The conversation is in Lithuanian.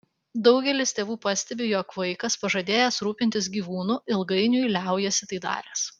daugelis tėvų pastebi jog vaikas pažadėjęs rūpintis gyvūnu ilgainiui liaujasi tai daręs